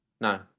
no